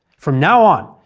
from now on,